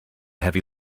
heavy